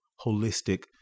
holistic